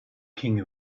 king